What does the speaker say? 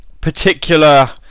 particular